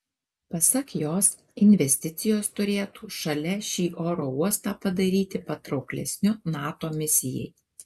pasak jos investicijos turėtų šalia šį oro uostą padaryti patrauklesniu nato misijai